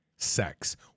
sex